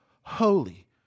holy